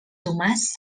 tomàs